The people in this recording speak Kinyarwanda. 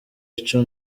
ico